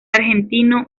argentino